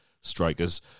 strikers